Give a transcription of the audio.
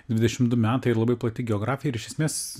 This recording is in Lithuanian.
dvidešim du metai yra labai plati geografija ir iš esmės